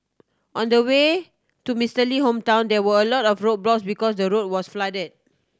on the way to Mister Lee hometown there were a lot of roadblocks because the road was flooded